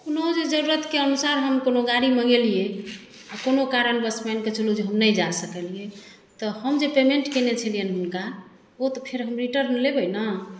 कोनो जे जरूरतके अनुसार हम कोनो गाड़ी मंगेलियै आओर कोनो कारणवश मानिके चलु जे हम नहि जा सकलियै तऽ हम जे पेमेन्ट कयने छलियनि हुनका ओ तऽ हम फेर रिटर्न लेबय ने